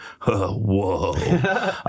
whoa